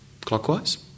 clockwise